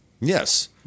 Yes